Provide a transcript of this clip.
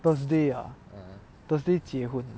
thursday ah thursday 结婚